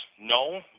No